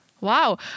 Wow